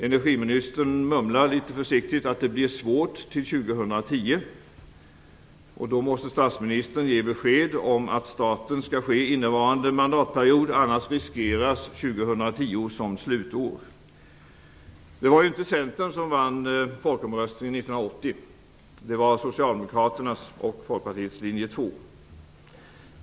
Energiministern mumlar litet försiktigt att "det blir svårt" till 2010. Då måste statsministern ge besked om att starten skall ske under innevarande mandatperiod - annars riskeras 2010 som slutår. Det var inte Centern som vann folkomröstningen 1980 - det var Socialdemokraternas och Folkpartiets linje 2.